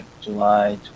July